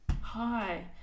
hi